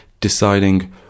deciding